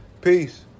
Peace